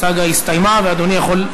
הסאגה הסתיימה, ואדוני יכול.